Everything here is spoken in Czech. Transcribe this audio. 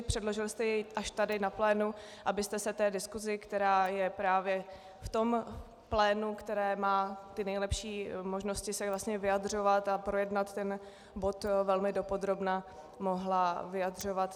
Předložil jste jej až tady na plénu, abyste se diskusi, která je v tom plénu, které má ty nejlepší možnosti se vlastně vyjadřovat a projednat ten bod velmi dopodrobna, mohla vyjadřovat.